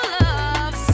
love